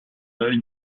œil